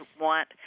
want